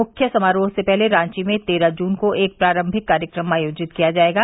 मुख्य समारोह से पहले रांची में तेरह जून को एक प्रारंभिक कार्यक्रम आयोजित किया जाएगा